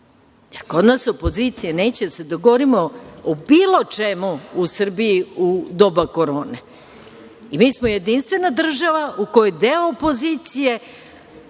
kod nas opozicija neće da se dogovorimo o bilo čemu u Srbiji u doba korone i mi smo jedinstvena država u kojoj deo opozicije